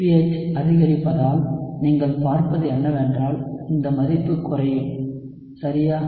PH அதிகரிப்பதால் நீங்கள் பார்ப்பது என்னவென்றால் இந்த மதிப்பு குறையும் சரியா